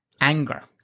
Anger